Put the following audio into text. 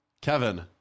Kevin